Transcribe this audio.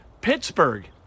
Pittsburgh